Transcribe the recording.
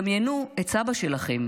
דמיינו את סבא שלכם